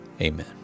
amen